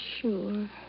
sure